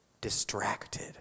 Distracted